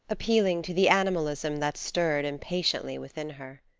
appealing to the animalism that stirred impatiently within her.